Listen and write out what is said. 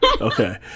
Okay